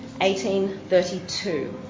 1832